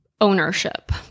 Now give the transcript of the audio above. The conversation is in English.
ownership